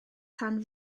tan